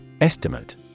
Estimate